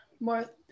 more